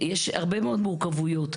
יש הרבה מאוד מורכבויות.